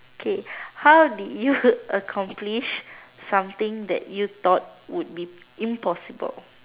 K how did you accomplish something that you thought would be impossible